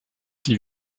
die